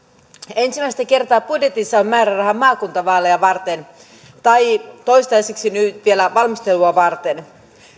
ensimmäistä kertaa budjetissa on määräraha maakuntavaaleja varten tai toistaiseksi nyt vielä valmistelua varten